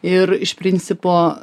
ir iš principo